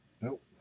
nope